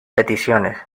peticiones